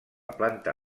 planta